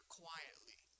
quietly